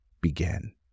began